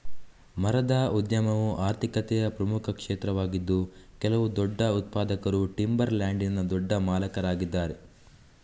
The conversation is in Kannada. ಮರದ ಉದ್ಯಮವು ಆರ್ಥಿಕತೆಯ ಪ್ರಮುಖ ಕ್ಷೇತ್ರವಾಗಿದ್ದು ಕೆಲವು ದೊಡ್ಡ ಉತ್ಪಾದಕರು ಟಿಂಬರ್ ಲ್ಯಾಂಡಿನ ದೊಡ್ಡ ಮಾಲೀಕರಾಗಿದ್ದಾರೆ